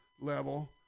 level